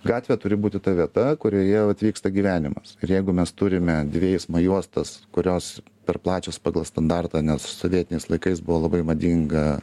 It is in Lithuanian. gatvė turi būti ta vieta kurioje vat vyksta gyvenimas ir jeigu mes turime dvi eismo juostas kurios per plačios pagal standartą nes sovietiniais laikais buvo labai madinga